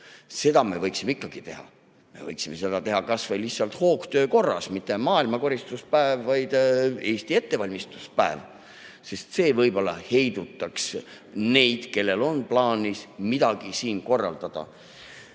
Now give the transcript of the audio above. Seda me võiksime ikkagi teha. Me võiksime seda teha kasvõi lihtsalt hoogtöö korras: mitte maailmakoristuspäev, vaid Eesti ettevalmistuspäev. See võib-olla heidutaks neid, kellel on plaanis siin midagi korraldada.